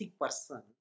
person